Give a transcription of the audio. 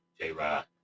j-rod